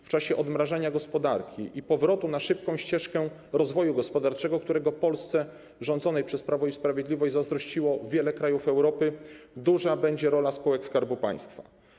W czasie odmrażania gospodarki i powrotu na szybką ścieżkę rozwoju gospodarczego, którego Polsce rządzonej przez Prawo i Sprawiedliwość zazdrościło wiele krajów Europy, duża będzie rola spółek Skarbu Państwa.